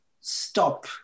stop